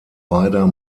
beider